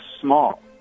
small